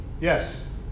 Yes